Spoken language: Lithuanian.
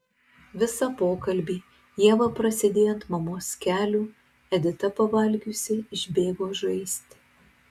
visą pokalbį ieva prasėdėjo ant mamos kelių edita pavalgiusi išbėgo žaisti